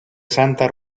santa